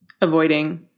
avoiding